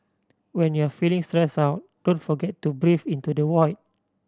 when you are feeling stressed out don't forget to breathe into the void